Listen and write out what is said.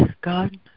god